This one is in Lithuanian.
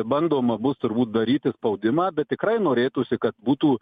bandoma bus turbūt daryti spaudimą bet tikrai norėtųsi kad būtų